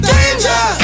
Danger